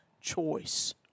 choice